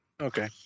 Okay